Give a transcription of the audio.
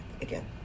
again